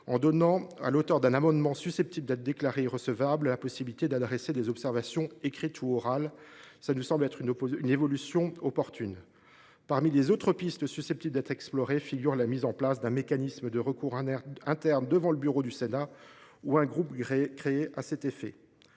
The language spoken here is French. à donner à l’auteur d’un amendement susceptible d’être déclaré irrecevable la possibilité d’adresser des observations écrites ou orales. Une telle évolution nous semble opportune. Parmi les autres pistes méritant d’être explorées figure la mise en place d’un mécanisme de recours interne devant le bureau du Sénat ou un groupe créé à cet effet.